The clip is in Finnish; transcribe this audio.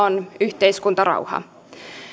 on yhteiskuntarauha